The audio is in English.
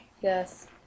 Yes